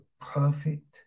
perfect